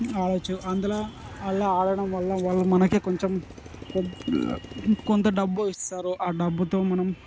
ఆడొచ్చు అంతలా అందులో ఆడటం వల్ల మనకి కొంచెం కొంత డబ్బు ఇస్తారు ఆ డబ్బుతో మనం